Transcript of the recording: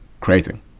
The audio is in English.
creating